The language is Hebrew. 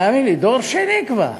תאמין לי, דור שני כבר.